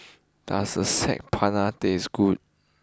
does Saag Paneer taste good